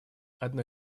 одной